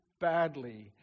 badly